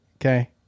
Okay